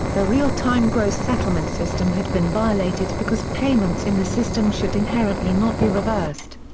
the real time gross settlement system had been violated because payments in the system should inherently not be reversed.